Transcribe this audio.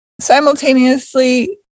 simultaneously